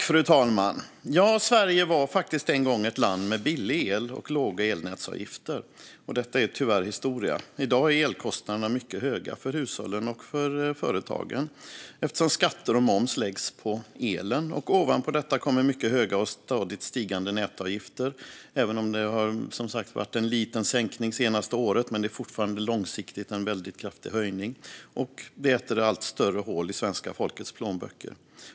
Fru talman! Sverige var faktiskt en gång ett land med billig el och låga elnätsavgifter. Detta är tyvärr historia. I dag är elkostnaderna mycket höga för hushållen och för företagen, eftersom skatter och moms läggs på elen. Ovanpå detta kommer mycket höga och stadigt stigande nätavgifter, även om det har varit en liten sänkning det senaste året. Men det är fortfarande och långsiktigt en väldigt kraftig höjning som äter allt större hål i svenska folkets plånböcker.